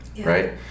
Right